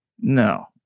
No